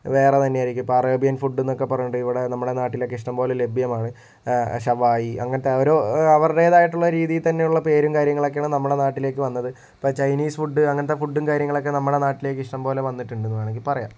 വേറെ തന്നെയായിരിക്കും ഇപ്പോൾ അറേബ്യൻ ഫുഡ് എന്നൊക്കെ പറഞ്ഞിട്ട് ഇവിടെ നമ്മുടെ നാട്ടിലൊക്കെ ഇഷ്ടം പോലെ ലഭ്യമാണ് ഷവായി അങ്ങത്തെ ഓരോ അവരുടെതായിട്ട് ഉള്ള രീതിത്തന്നെയുള്ള പേരും കാര്യങ്ങളും ഒക്കെയാണ് നമ്മുടെ നാട്ടിലേക്ക് വന്നത് ഇപ്പൊൾ ചൈനീസ് ഫുഡ് അങ്ങനത്തെ ഫുഡും കാര്യങ്ങളൊക്കെ നമ്മുടെ നാട്ടിലേക്ക് ഇഷ്ടംപോലെ വന്നിട്ടുണ്ടെന്ന് വേണമെങ്കിൽ പറയാം